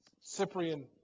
Cyprian